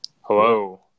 Hello